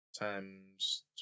times